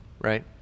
Right